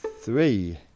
three